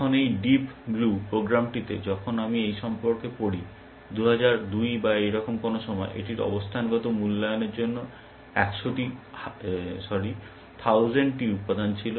এখন এই deep blue প্রোগ্রামটিতে যখন আমি এই সম্পর্কে পড়ি 2002 বা এরকম কোন সময় এটির অবস্থানগত মূল্যায়নের জন্য 1000 টি উপাদান ছিল